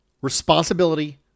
Responsibility